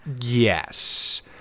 Yes